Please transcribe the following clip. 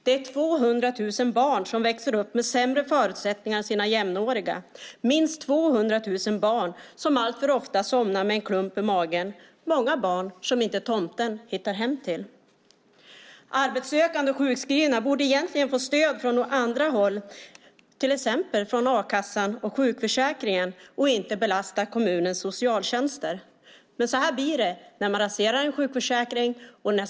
Det är 200 000 barn som växer upp med sämre förutsättningar än sina jämnåriga, minst 200 000 barn som allt för ofta somnar med en klump i magen, många barn som tomten inte hittar hem till. Arbetssökande och sjukskrivna borde egentligen få stöd från andra håll, till exempel från a-kassan och sjukförsäkringen, och inte belasta kommunernas socialtjänster. Men så blir det när man raserar en sjukförsäkring.